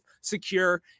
secure